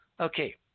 Okay